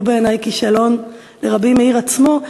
שהוא בעיני כישלון לרבי מאיר עצמו,